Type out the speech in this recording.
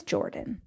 Jordan